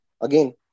again